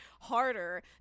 harder